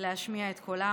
להשמיע את קולם.